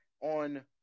on